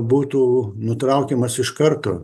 būtų nutraukiamas iš karto